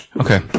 Okay